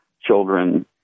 children